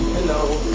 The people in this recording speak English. know.